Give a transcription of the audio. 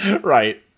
Right